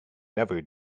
never